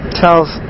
tells